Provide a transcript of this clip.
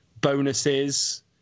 bonuses